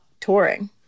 touring